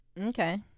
okay